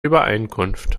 übereinkunft